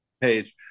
Page